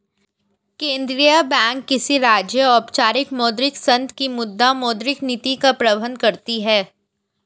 केंद्रीय बैंक किसी राज्य, औपचारिक मौद्रिक संघ की मुद्रा, मौद्रिक नीति का प्रबन्धन करती है